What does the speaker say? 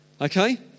okay